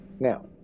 now